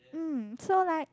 um so like